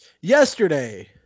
Yesterday